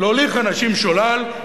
להוליך אנשים שולל,